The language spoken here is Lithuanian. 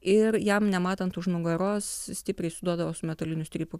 ir jam nematant už nugaros stipriai suduodavo su metaliniu strypu